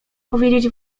powiedzieć